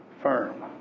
firm